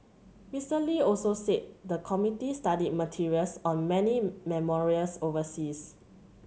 Mister Lee also said the committee studied materials on many memorials overseas